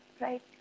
right